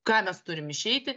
ką mes turim išeiti